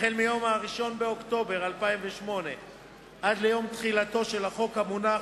החל מיום 1 באוקטובר 2008 עד ליום תחילתו של החוק המונח